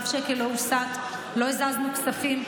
אף שקל לא הוסט, לא הזזנו כספים.